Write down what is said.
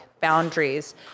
boundaries